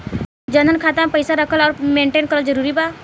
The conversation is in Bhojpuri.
जनधन खाता मे पईसा रखल आउर मेंटेन करल जरूरी बा?